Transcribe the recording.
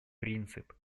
принцип